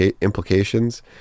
implications